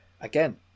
again